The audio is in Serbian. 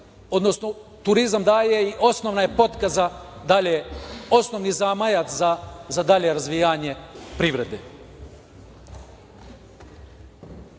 da turizam daje i osnovna je potka za dalje, osnovni zamajac za dalje razvijanje privrede. Po